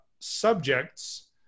subjects